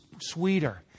sweeter